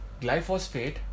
Glyphosate